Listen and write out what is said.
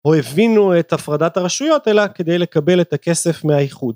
או הבינו את הפרדת הרשויות אלא כדי לקבל את הכסף מהאיחוד.